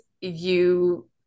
you-